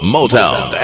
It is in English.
Motown